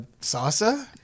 salsa